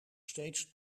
steeds